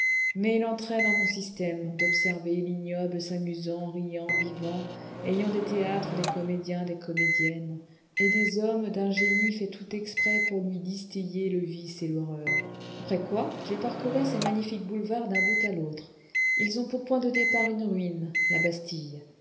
mais il entrait dans mon système d'observer l'ignoble s'amusant riant vivant ayant des théâtres des comédiens des comédiennes et des hommes d'un génie fait tout exprès pour lui distiller le vice et l'horreur après quoi je parcourais ces magnifiques boulevards d'un bout à l'autre ils ont pour point de départ une ruine la bastille